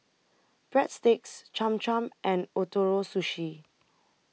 Breadsticks Cham Cham and Ootoro Sushi